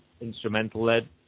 instrumental-led